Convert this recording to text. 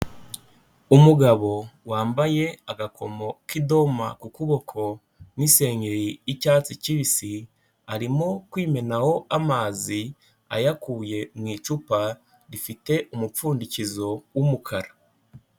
Umugabo wambaye agakomo k'idoma ku kuboko n'isengeri y'icyatsi kibisi, arimo kwimenaho amazi ayakuye mu icupa rifite umupfundikizo w'umukara.